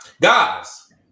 Guys